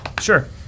Sure